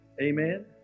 Amen